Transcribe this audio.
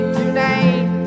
tonight